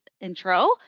intro